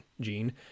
Gene